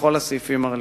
בכל הסעיפים הרלוונטיים.